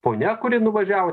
ponia kuri nuvažiavo